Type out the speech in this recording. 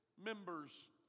members